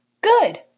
Good